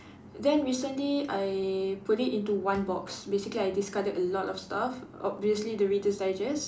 then recently I put it into one box basically I discarded a lot of stuff obviously the reader's digest